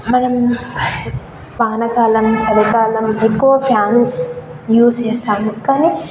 మనం వానాకాలం చలికాలం ఎక్కువ ఫ్యాన్ యూస్ చేస్తాం కానీ